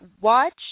watch